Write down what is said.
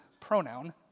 pronoun